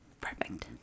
Perfect